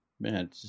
Man